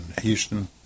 houston